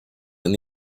and